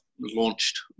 launched